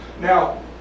Now